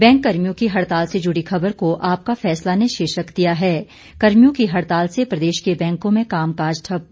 bank कर्मियों की हड़ताल से जुड़ी खबर को आपका फैसला ने शीर्षक दिया है कर्मियों की हड़ताल से प्रदेश के बैंकों में कामकाज ठप्प